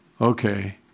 okay